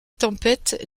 tempête